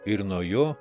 ir nuo jo